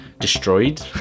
destroyed